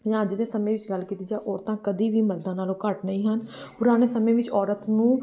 ਜਾਂ ਅੱਜ ਦੇ ਸਮੇਂ ਵਿੱਚ ਗੱਲ ਕੀਤੀ ਜਾ ਔਰਤਾਂ ਕਦੀ ਵੀ ਮਰਦਾਂ ਨਾਲੋਂ ਘੱਟ ਨਹੀਂ ਹਨ ਪੁਰਾਣੇ ਸਮੇਂ ਵਿੱਚ ਔਰਤ ਨੂੰ